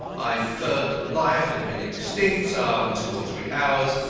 i inferred that life had been extinct some two or three hours,